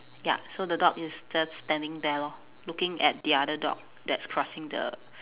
ya so the dog is just standing there lor looking at the other dog that's crossing the